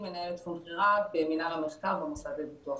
מחקרי גמלאות.